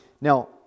Now